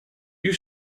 you